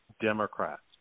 Democrats